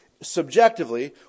subjectively